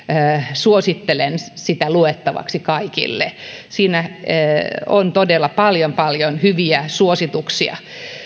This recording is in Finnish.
suosittelen sitä luettavaksi kaikille siinä on todella paljon paljon hyviä suosituksia